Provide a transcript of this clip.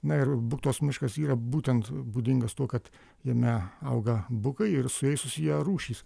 na ir buktos miškas yra būtent būdingas tuo kad jame auga bukai ir su jais susiję rūšys